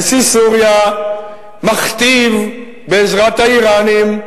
נשיא סוריה מכתיב בעזרת האירנים,